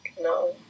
No